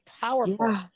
Powerful